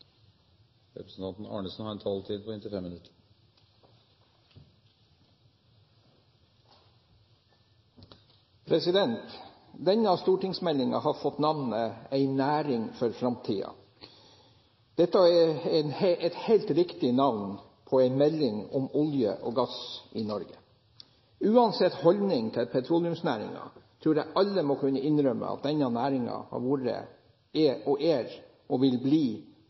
et helt riktig navn på en melding om olje og gass i Norge. Uansett holdning til petroleumsnæringen tror jeg alle må kunne innrømme at denne næringen har vært, er og vil bli svært viktig for arbeid, bosetting og velferd i landet vårt. Jeg vil